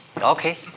Okay